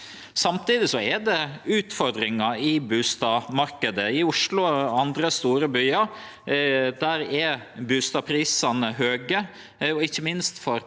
Samtidig er det utfordringar i bustadmarknaden i Oslo og andre store byar. Der er bustadprisane høge, og ikkje minst for